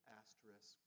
asterisk